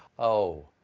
oh,